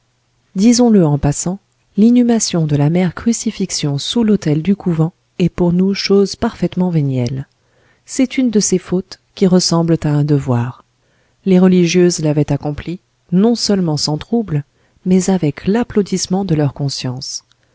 disons-le en passant l'inhumation de la mère crucifixion sous l'autel du couvent est pour nous chose parfaitement vénielle c'est une de ces fautes qui ressemblent à un devoir les religieuses l'avaient accomplie non seulement sans trouble mais avec l'applaudissement de leur conscience